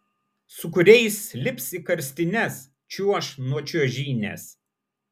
su kuriais lips į karstines čiuoš nuo čiuožynės